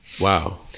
Wow